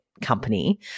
company